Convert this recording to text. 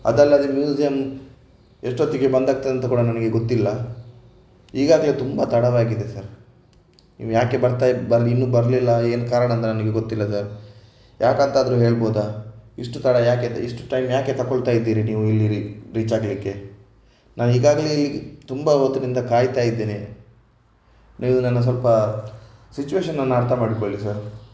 ಅದಲ್ಲದೇ ಮ್ಯೂಸಿಯಂ ಎಷ್ಟೊತ್ತಿಗೆ ಬಂದ್ ಆಗ್ತದೆ ಅಂತ ಕೂಡ ನನಗೆ ಗೊತ್ತಿಲ್ಲ ಈಗಾಗಲೇ ತುಂಬ ತಡವಾಗಿದೆ ಸರ್ ನೀವು ಯಾಕೆ ಬರ್ತಾ ಇನ್ನೂ ಬರಲಿಲ್ಲ ಏನು ಕಾರಣ ಅಂತ ನನಗೆ ಗೊತ್ತಿಲ್ಲ ಸರ್ ಯಾಕಂತಾದರೂ ಹೇಳಬಹುದಾ ಇಷ್ಟು ತಡ ಯಾಕೆ ಇಷ್ಟು ಟೈಮ್ ಯಾಕೆ ತಕೊಳ್ತಾ ಇದ್ದೀರಿ ನೀವು ಇಲ್ಲಿ ರೀ ರೀಚ್ ಆಗಲಿಕ್ಕೆ ನಾನು ಈಗಾಗಲೇ ತುಂಬ ಹೊತ್ತಿನಿಂದ ಕಾಯ್ತಾ ಇದ್ದೇನೆ ನೀವು ನನ್ನ ಸ್ವಲ್ಪ ಸಿಚುಯೇಶನನ್ನು ಅರ್ಥ ಮಾಡಿಕೊಳ್ಳಿ ಸರ್